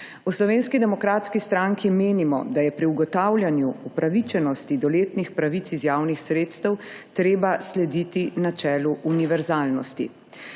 o subvencijah. V SDS menimo, da je pri ugotavljanju upravičenosti do letnih pravic iz javnih sredstev treba slediti načelu univerzalnosti,